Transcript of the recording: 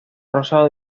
rosado